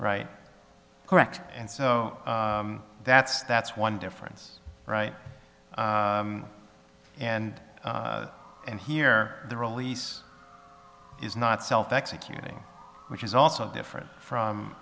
right correct and so that's that's one difference right and and here the release is not self executing which is also different from